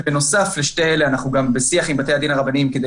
ובנוסף לשני אלה אנחנו גם בשיח עם בתי הדין הרבניים כדי